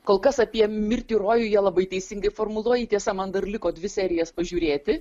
kol kas apie mirtį rojuje labai teisingai formuluoji tiesa man dar liko dvi serijas pažiūrėti